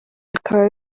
bikaba